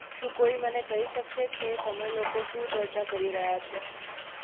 શું કોઈ મને કહી શકશે કે તમે લોકો શું ચર્ચા કરી રહ્યા છો